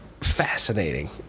fascinating